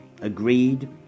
agreed